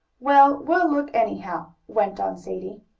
well, we'll look, anyhow, went on sadie.